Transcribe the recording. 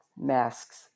masks